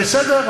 בסדר,